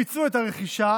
ביצעו את הרכישה,